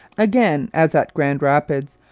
again, as at grand rapids,